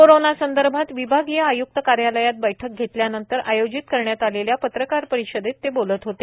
corona संदर्भात विभागीय आय्क्त कार्यालयात बैठक घेतल्यानंतर आयोजीत करण्यात आलेल्या पत्रकार परिषदेत ते बोलत होते